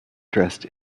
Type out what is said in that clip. dressed